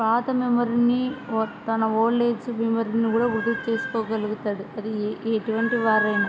పాత మెమరిని తన ఓల్డ్ ఏజ్ మెమరిని కూడా గుర్తు చేసుకోగలుగుతాడు అది ఎటువంటి వారైనా